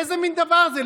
איזה מין דבר זה?